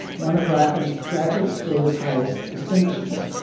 one of rackham's graduate schools highest distinctions.